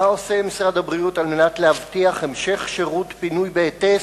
מה עושה משרד הבריאות על מנת להבטיח המשך שירות פינוי בהיטס,